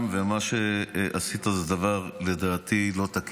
ומה שעשית זה דבר לדעתי לא תקין.